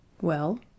Well